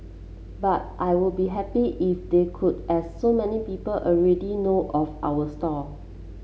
but I would be happy if they could as so many people already know of our stall